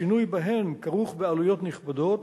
שינוי בהן כרוך בעלויות נכבדות,